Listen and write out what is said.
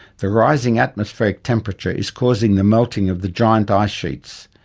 the rising atmospheric temperature is causing the melting of the giant ice sheets,